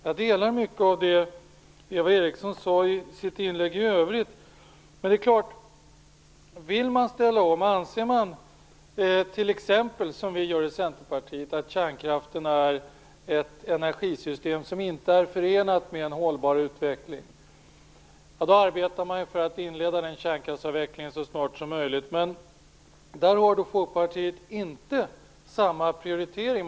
Jag delar mycket av det Eva Eriksson sade i sitt inlägg i övrigt, men det är klart: Vill man ställa om, och anser man som t.ex. vi i Centerpartiet gör att kärnkraften är ett energisystem som inte är förenat med en hållbar utveckling, ja då arbetar man för att inleda kärnkraftsavvecklingen så snart som möjligt. Där har Folkpartiet inte samma prioritering.